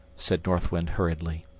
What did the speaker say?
said north wind, hurriedly.